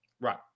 Right